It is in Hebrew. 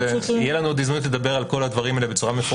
יהיה לנו עוד הזדמנות לדבר על כל הדברים הללו מפורטות.